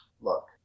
Look